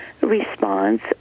response